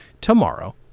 tomorrow